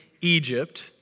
Egypt